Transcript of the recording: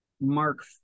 Mark